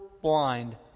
blind